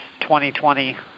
2020